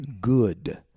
good